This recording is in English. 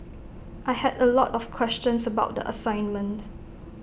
I had A lot of questions about the assignment